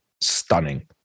stunning